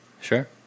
Sure